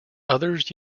others